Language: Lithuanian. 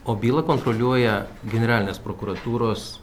o bylą kontroliuoja generalinės prokuratūros